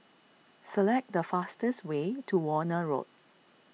select the fastest way to Warna Road